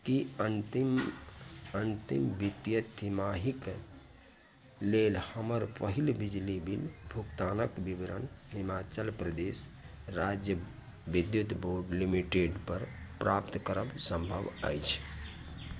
कि अन्तिम अन्तिम वित्तीय तिमाहीके लेल हमर पहिल बिजली बिल भुगतानके विवरण हिमाचल प्रदेश राज्य विद्युत बोर्ड लिमिटेडपर प्राप्त करब सम्भव अछि